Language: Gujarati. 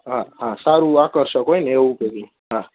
હા હા સારું આકર્ષક હોય ને એવું પેકિંગ હા